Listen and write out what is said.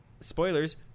spoilers